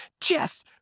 Jess